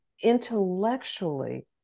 intellectually